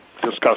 discuss